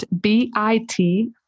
B-I-T